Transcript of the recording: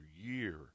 year